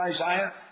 Isaiah